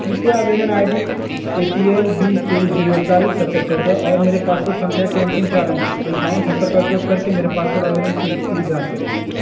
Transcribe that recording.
कृपया आवेदन I D A P L बीस तेईस जीरो इकतालीस सत्तर चौदह और मेरे पासपोर्ट संख्या के अंतिम चार अंक अट्ठावन सत्तर का उपयोग करके मेरे पासपोर्ट आवेदन की स्थिति की जाँच करें